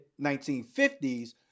1950s